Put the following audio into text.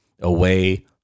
away